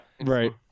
right